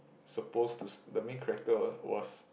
supposed to s~ the main character was